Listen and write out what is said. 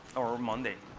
or monday.